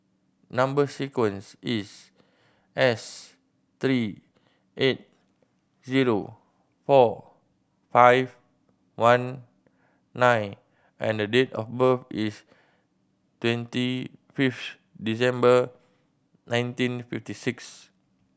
number sequence is S three eight zero four five one nine and date of birth is twenty fifth December nineteen fifty six